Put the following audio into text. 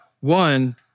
one